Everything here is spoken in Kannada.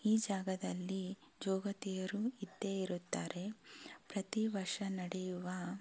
ಈ ಜಾಗದಲ್ಲಿ ಜೋಗತಿಯರು ಇದ್ದೇ ಇರುತ್ತಾರೆ ಪ್ರತಿ ವರ್ಷ ನಡೆಯುವ